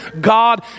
God